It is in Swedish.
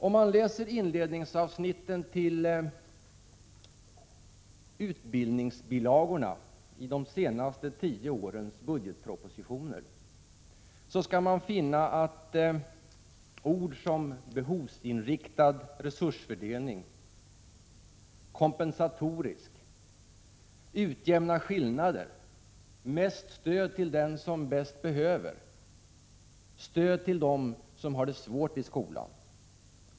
Om man läser inledningsavsnitten till utbildningsbilagorna i de senaste tio årens budgetpropositioner, finner man på många sidor ord och formuleringar som ”behovsriktad resursfördelning”, ”kompensatorisk”, ”utjämna skillnader”, ”mest stöd till den som bäst behöver”, ”stöd till dem som har det svårt i skolan”.